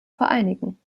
vereinigen